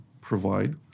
provide